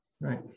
right